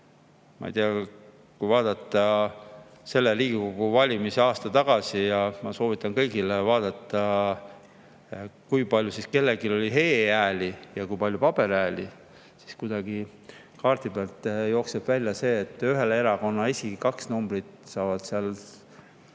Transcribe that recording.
Ma ei tea, kui vaadata Riigikogu valimisi aasta tagasi – ma soovitan kõigil vaadata, kui palju kellelgi oli e‑hääli ja kui palju paberhääli –, siis kuidagi kaardi pealt jookseb välja see, et ühe erakonna kaks esinumbrit said peaaegu